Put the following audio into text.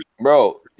bro